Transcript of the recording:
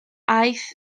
aeth